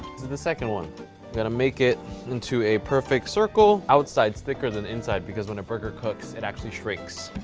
the second one. i'm gonna make it into a perfect circle. outsides thicker than inside, because when a burger cooks it actually shrinks.